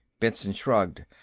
benson shrugged.